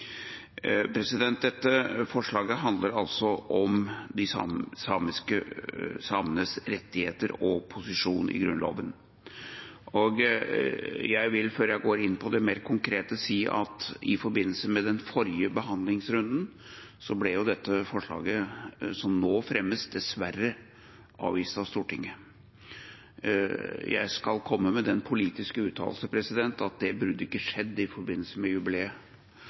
Forslaget handler om samenes rettigheter og posisjon i Grunnloven. Jeg vil, før jeg går inn på det mer konkrete, si at i forbindelse med den forrige behandlingsrunden ble dette forslaget som nå fremmes, dessverre avvist av Stortinget. Jeg skal komme med den politiske uttalelse at det burde ikke skjedd i forbindelse med jubileet,